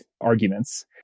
arguments